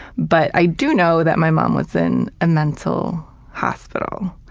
but i do know that my mom was in a mental hospital